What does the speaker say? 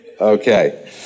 Okay